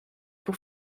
pour